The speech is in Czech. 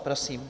Prosím.